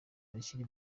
bakiri